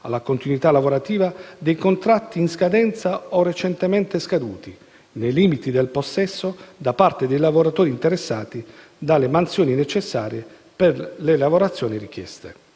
alla continuità lavorativa dei contratti in scadenza o recentemente scaduti, nei limiti del possesso, da parte dei lavoratori interessati, delle mansioni necessarie per le lavorazioni richieste.